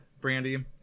Brandy